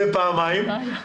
פעמיים.